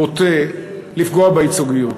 בוטה, לפגוע בייצוגיות.